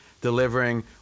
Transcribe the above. delivering